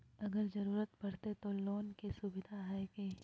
अगर जरूरत परते तो लोन के सुविधा है की?